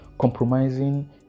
compromising